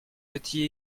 petit